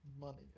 money